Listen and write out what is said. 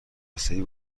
مذهبی